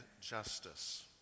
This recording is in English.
justice